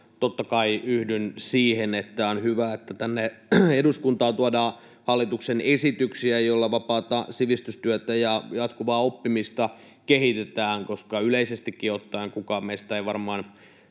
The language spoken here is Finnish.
totta kai yhdyn siihen, että on hyvä, että tänne eduskuntaan tuodaan hallituksen esityksiä, joilla vapaata sivistystyötä ja jatkuvaa oppimista kehitetään, koska yleisestikin ottaen kukaan meistä ei varmaan